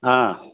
ஆ